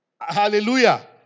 Hallelujah